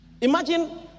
Imagine